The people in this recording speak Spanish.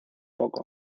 poco